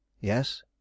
Yes